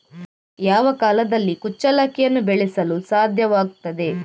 ಯಾವ ಕಾಲದಲ್ಲಿ ಕುಚ್ಚಲಕ್ಕಿಯನ್ನು ಬೆಳೆಸಲು ಸಾಧ್ಯವಾಗ್ತದೆ?